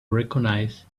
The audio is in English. recognize